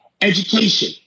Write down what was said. Education